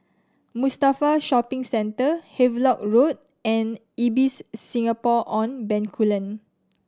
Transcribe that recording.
Mustafa Shopping Centre Havelock Road and Ibis Singapore On Bencoolen